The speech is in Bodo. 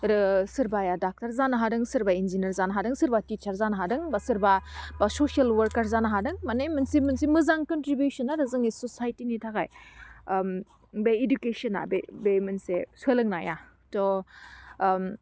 रो सोरबाया डाक्टार जानो हादों सोरबाय इन्जिनियार जानो हादों सोरबा टीचार जानो हादों बा सोरबा ससियेल वार्कार जानो हादों माने मोनसे मोनसे मोजां कन्ट्रिबिउसन आरो जोंनि ससाइटिनि थाखाय ओम बे इडुकेशना बे बे मोनसे सोलोंनाया थह ओम